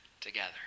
together